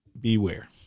beware